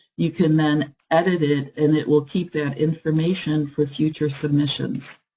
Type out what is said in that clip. you can then edit it, and it will keep that information for future submissions.